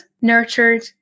nurtured